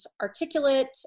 articulate